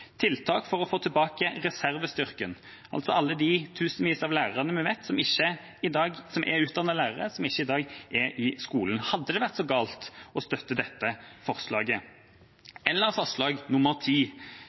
tiltak for å få tilbake reservestyrken – altså alle de tusenvis vi vet er utdannet lærer, men som ikke er i skolen i dag – hadde det vært så galt å støtte dette forslaget?